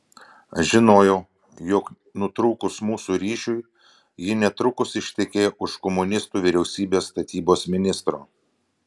žinojau jog nutrūkus mūsų ryšiui ji netrukus ištekėjo už komunistų vyriausybės statybos ministro